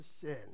sin